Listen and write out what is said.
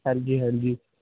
ਹਾਂਜੀ ਹਾਂਜੀ